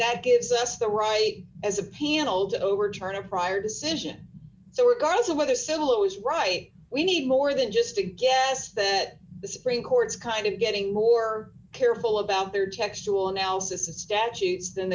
that gives us the right as a panel to overturn a prior decision so regardless of whether solo is right we need more than just a guess that the supreme court is kind of getting more careful about their textual analysis of statutes than